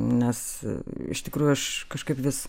nes iš tikrųjų aš kažkaip vis